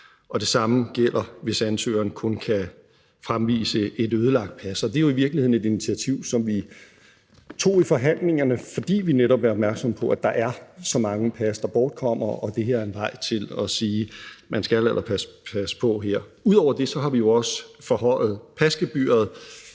det samme gælder, hvis ansøgeren kun kan fremvise et ødelagt pas. Og det er jo i virkeligheden et initiativ, som vi tog i forhandlingerne, fordi vi netop er opmærksomme på, at der er så mange pas, der bortkommer, og det her er en vej til at sige, at man altså skal passe på her. Ud over det har vi jo også forhøjet pasgebyret